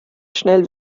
schnell